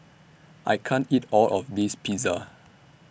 I can't eat All of This Pizza